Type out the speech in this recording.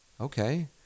Okay